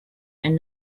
and